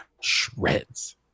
shreds